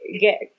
get